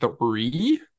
three